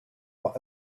were